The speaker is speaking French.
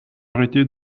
arrêter